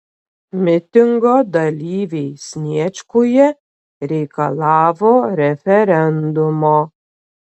mitingo dalyviai sniečkuje reikalavo referendumo